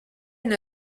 and